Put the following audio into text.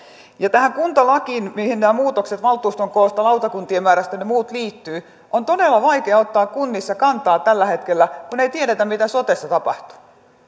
ja tähän kuntalakiin mihin nämä muutokset valtuuston koosta lautakuntien määrästä ynnä muista liittyvät on todella vaikea ottaa kunnissa kantaa tällä hetkellä kun ei tiedetä mitä sotessa tapahtuu ja